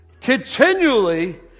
Continually